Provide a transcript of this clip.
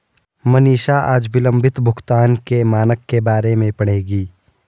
मनीषा आज विलंबित भुगतान के मानक के बारे में पढ़ेगी